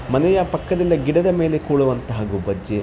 ಮನೆಯ ಪಕ್ಕದಲ್ಲೇ ಗಿಡದ ಮೇಲೆ ಕೂರುವಂತಹ ಗುಬ್ಬಚ್ಚಿ